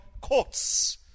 courts